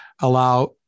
allow